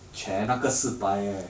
chair 那个四百 leh